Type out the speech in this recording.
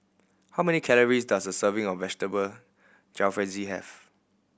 how many calories does a serving of Vegetable Jalfrezi have